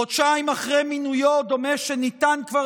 חודשיים אחרי מינויו דומה שניתן כבר